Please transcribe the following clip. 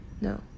No